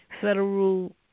Federal